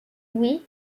oui